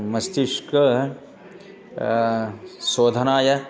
मस्तिश्क स् शोधनाय